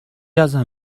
ازم